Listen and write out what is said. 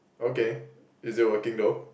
okay is it working though